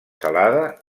salada